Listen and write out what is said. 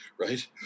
Right